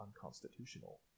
unconstitutional